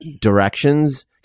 directions